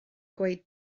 dweud